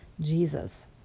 Jesus